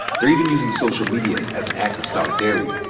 they're even using social media as an act of solidarity.